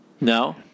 No